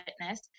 fitness